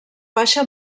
baixa